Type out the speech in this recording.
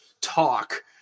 talk